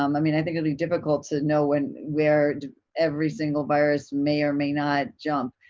um i mean, i think it'll be difficult to know when, where every single virus may or may not jump,